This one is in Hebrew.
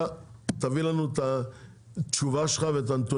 אתה תביא לנו את התשובה שלך ואת הנתונים.